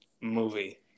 movie